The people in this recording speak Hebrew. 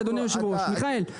בכנסת,